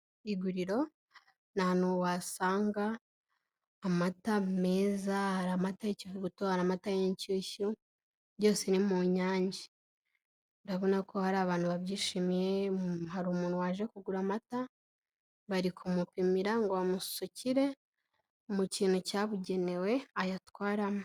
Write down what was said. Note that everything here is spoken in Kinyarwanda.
Iguriro ni ahantu wasanga amata meza, hari amata y'ikivuguto, hari amata y'inshyushyu, byose ni mu Nyange. Urabona ko hari abantu babyishimiye, hari umuntu waje kugura amata bari kumupimira ngo bamusukire mu kintu cyabugenewe ayatwaramo.